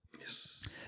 yes